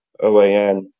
OAN